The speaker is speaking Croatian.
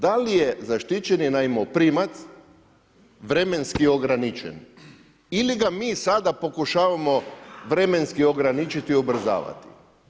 Da li je zaštićeni najmoprimac vremenski ograničen ili ga mi sada pokušavamo vremenski ograničiti, ubrzavati?